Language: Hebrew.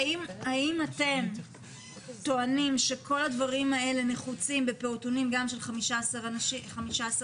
האם אתם טוענים שכל הדברים האלה נחוצים בפעוטונים גם של 15 ילדים?